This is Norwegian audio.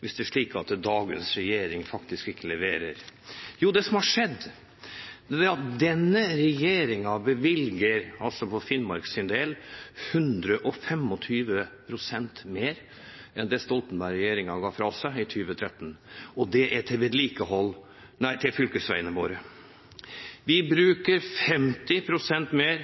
hvis det er slik at dagens regjering faktisk ikke leverer? Jo, det som har skjedd, er at denne regjeringen bevilger for Finnmarks del 125 pst. mer enn det Stoltenberg-regjeringen ga fra seg i 2013, og det er til vedlikehold av fylkesveiene våre. Vi bruker 50 pst. mer